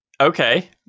Okay